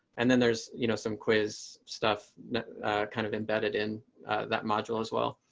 and then there's you know some quiz stuff kind of embedded in that module as well.